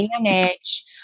manage